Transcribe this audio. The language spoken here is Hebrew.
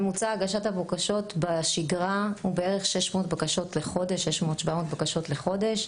ממוצע הגשת הבקשות בשגרה הוא בערך 700-600 בקשות בחודש,